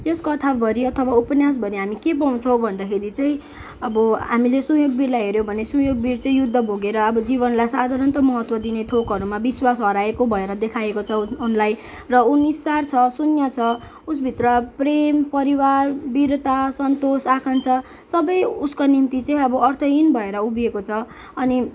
यस कथाभरि अथवा उपन्यासभरि हामी के पाउँछौँ भन्दाखेरि चाहिँ अब हामीले सुयोगवीरलाई हेर्योँ भने सुयोगवीर चाहिँ युद्ध भोगेर अब जीवनलाई साधारणत महत्त्व दिने थोकहरूमा विश्वास हराएको भएर देखाइएको छ उनलाई र उ निस्सार छ शून्य छ उसभित्र प्रेम परिवार वीरता सन्तोष आकांक्षा सबै उसको निम्ति चाहिँ अब अर्थहीन भएर उभिएको छ अनि